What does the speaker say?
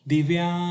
Divya